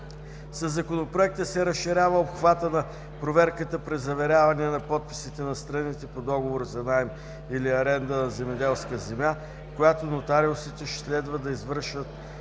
Със Законопроекта се разширява обхватът на проверката при заверяване на подписите на страните по договор за наем или аренда на земеделска земя, която нотариусите ще следва да извършват,